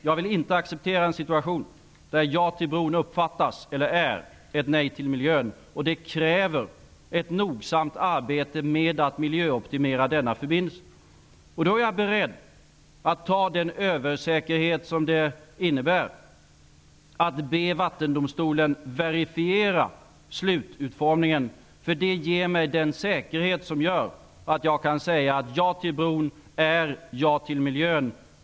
Jag vill inte acceptera en situation där ett ja till bron uppfattas som ett nej till miljön. Det kräver ett nogsamt arbete med att miljöoptimera denna förbindelse. Jag är då beredd att ta den ''översäkerhet'' som det innebär att be Vattendomstolen verifiera slututformningen. Det ger mig den säkerhet som gör att jag kan säga att ja till bron är ja till miljön.